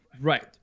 Right